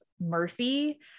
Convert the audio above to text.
Murphy